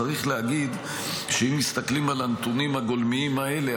צריך להגיד שאם מסתכלים על הנתונים הגולמיים האלה,